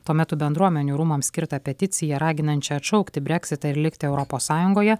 tuo metu bendruomenių rūmams skirtą peticiją raginančią atšaukti breksitą ir likti europos sąjungoje